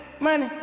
money